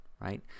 right